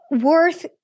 worth